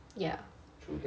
ya